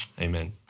amen